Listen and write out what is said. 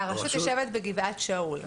הרשות יושבת בגבעת שאול.